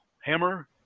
hammer